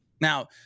Now